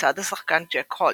לצד השחקן ג'ק הולט.